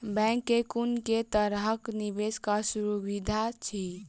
Bank मे कुन केँ तरहक निवेश कऽ सुविधा अछि?